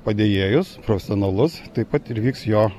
padėjėjus profesionalus taip pat ir vyks jo